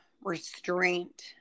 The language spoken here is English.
restraint